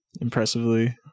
Impressively